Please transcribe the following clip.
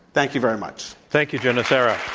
thank you very much. thank you, joe nocera.